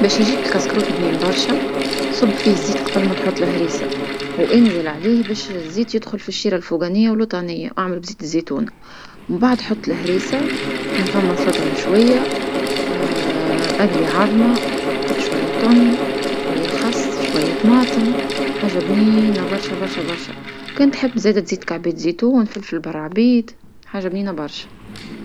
باش يجيك كسكروط بنين برشة صب فيه الزيت قبل ما تحط لهريسة، وأنزل عليه باش الزيت يدخل في الشيرة الفوقانية ولوطانية أعمل بزيت الزيتون، ومن بعد حط الهريسة كان فما سلاطة مشوية، أقلي عظمة حط شوية تونة شوية خس شوية طماطم، حاجة بنينة برشا برشا برشا، كان تحب زادة تزيد كعبات زيتون فلفل براعبيت حاجة بنينة برشا.